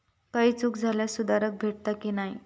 काही चूक झाल्यास सुधारक भेटता की नाय?